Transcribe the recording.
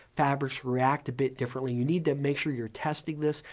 fabrics react a bit differently. you need to make sure you're testing this.